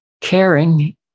caring